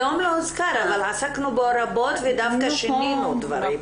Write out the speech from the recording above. היום לא הוזכר אבל עסקנו בו רבות ודווקא שינינו דברים.